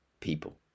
people